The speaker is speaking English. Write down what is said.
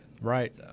Right